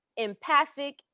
empathic